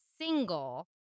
single